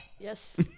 Yes